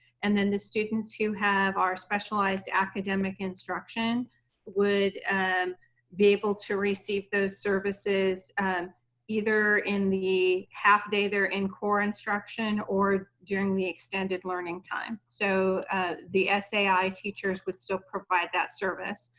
and then the students who have our specialized academic instruction would and be able to receive those services and either in the half day they're in core instruction or during the extended learning time. so ah the sai teachers would still provide that service.